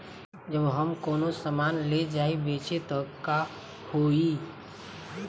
जब हम कौनो सामान ले जाई बेचे त का होही?